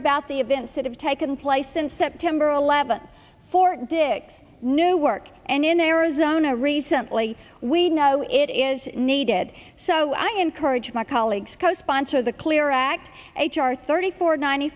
about the events that have taken place since september eleventh fort dix new work and in arizona recently we know it is needed so i encourage my colleagues co sponsor the clear act h r thirty four ninety